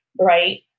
right